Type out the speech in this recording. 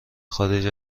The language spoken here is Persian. خارج